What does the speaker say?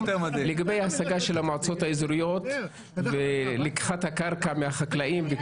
לגבי ההסגה של המועצות האזוריות ולקיחת הקרקע מהחקלאים.